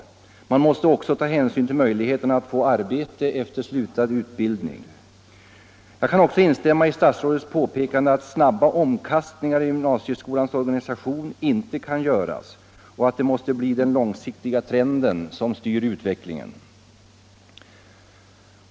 Hänsyn måste också tas till möjligheterna att få arbete efter slutad utbildning. Jag kan också instämma i statsrådets påpekande att snabba omkastningar i gymnasieskolans organisation inte kan göras och att det måste bli den långsiktiga trenden som styr utvecklingen.